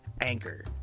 Anchor